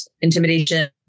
intimidation